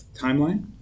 timeline